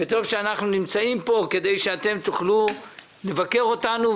וטוב שאנחנו נמצאים פה כדי שאתם תוכלו לבקר אותנו.